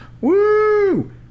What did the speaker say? woo